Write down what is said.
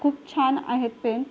खूप छान आहेत पेन